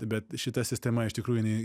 bet šita sistema iš tikrųjų jinai